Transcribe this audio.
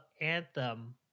Anthem